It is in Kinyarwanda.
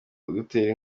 dutera